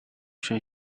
sure